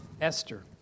Esther